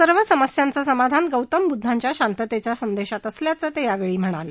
सर्व समस्यांचं समाधान गौतम बुद्धांच्या शांततेच्या संदेशात असल्याचं ते यावेळी म्हाणाले